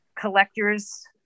collectors